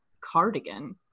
Cardigan